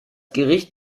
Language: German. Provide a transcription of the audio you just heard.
gericht